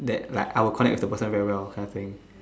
that like I will connect with the person very well that kind of thing